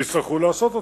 יצטרכו לעשות אותה,